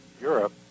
Europe